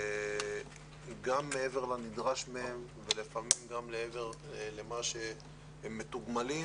גם מעבר לנדרש מהם ולפעמים גם מעבר למה שהם מתוגמלים,